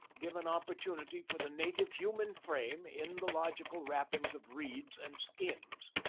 give an opportunity for the native human frame in the logical wrappings of reeds and skins.